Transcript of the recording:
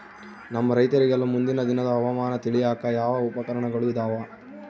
ನಮ್ಮ ರೈತರಿಗೆಲ್ಲಾ ಮುಂದಿನ ದಿನದ ಹವಾಮಾನ ತಿಳಿಯಾಕ ಯಾವ ಉಪಕರಣಗಳು ಇದಾವ?